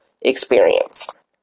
experience